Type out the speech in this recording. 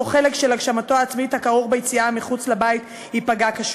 אותו חלק של הגשמתו העצמית הכרוך ביציאה מחוץ לבית ייפגע קשות".